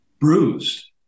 bruised